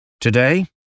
Today